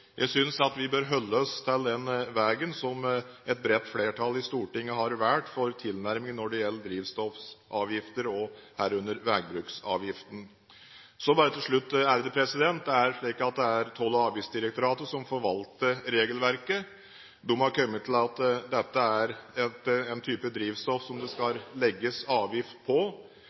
Jeg synes at vi bør holde oss til den vegen som et bredt flertall i Stortinget har valgt for tilnærming når det gjelder drivstoffavgifter, herunder vegbruksavgiften. Så bare til slutt: Det er Toll- og avgiftsdirektoratet som forvalter regelverket. De har kommet til at dette er en type drivstoff som det skal legges avgift på.